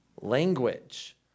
language